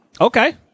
okay